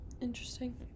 Interesting